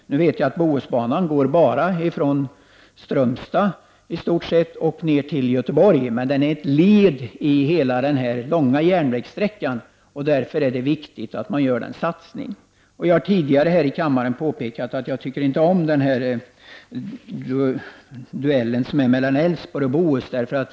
Nu vet jag att Bohusbanan i stort sett bara går från Strömstad ned till Göteborg, men den är ett led i hela den här långa järnvägssträckan. Det är därför viktigt att man gör en satsning. Jag har tidigare här i kammaren påpekat att jag inte tycker om den duell som förs mellan banan i Älvsborg och Bohusbanan.